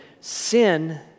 sin